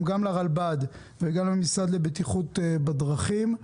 לרלב"ד (הרשות הלאומית לבטיחות בדרכים),